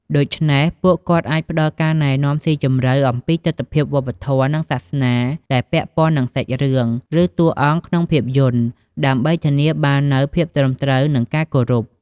ដូច្នេះ ពួកគាត់អាច ផ្ដល់ការណែនាំស៊ីជម្រៅ អំពីទិដ្ឋភាពវប្បធម៌ និងសាសនាដែលពាក់ព័ន្ធនឹងសាច់រឿង ឬតួអង្គក្នុងភាពយន្ត ដើម្បីធានាបាននូវភាពត្រឹមត្រូវ និងការគោរព។